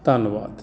ਧੰਨਵਾਦ